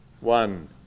one